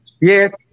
Yes